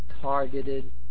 targeted